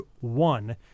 one